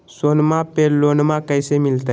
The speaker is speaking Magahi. सोनमा पे लोनमा कैसे मिलते?